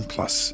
Plus